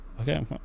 Okay